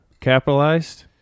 capitalized